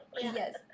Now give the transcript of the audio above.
yes